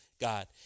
God